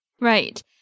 Right